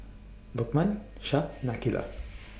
Lokman Shah and Aqilah